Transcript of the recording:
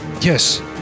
Yes